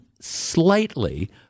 slightly